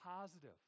positive